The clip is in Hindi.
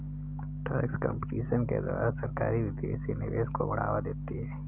टैक्स कंपटीशन के द्वारा सरकारी विदेशी निवेश को बढ़ावा देती है